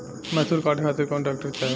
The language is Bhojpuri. मैसूर काटे खातिर कौन ट्रैक्टर चाहीं?